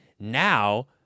Now